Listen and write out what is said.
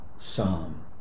Psalm